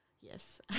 Yes